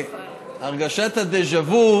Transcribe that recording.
הרגשת הדז'ה וו